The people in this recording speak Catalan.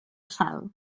sal